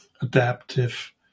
adaptive